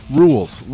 rules